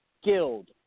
skilled